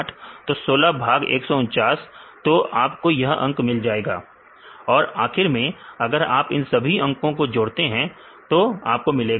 तो 16 भाग 149 तो आपको यह अंक मिल जाएगा और आखिर में अगर आप इन सभी अंकों को जोड़ते हैं तो आपको मिलेगा 100